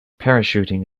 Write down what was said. parachuting